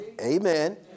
Amen